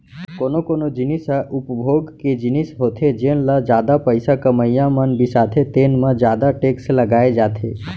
कोनो कोनो जिनिस ह उपभोग के जिनिस होथे जेन ल जादा पइसा कमइया मन बिसाथे तेन म जादा टेक्स लगाए जाथे